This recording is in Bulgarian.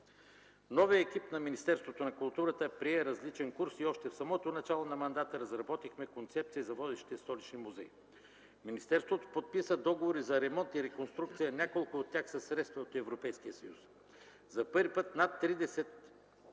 Новият екип на Министерството на културата прие различен курс и още в самото начало на мандата разработихме концепция за водещия столичен музей. Министерството подписа договори за ремонт и реконструкция – няколко от тях със средства от Европейския съюз. За първи път от 30